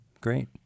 Great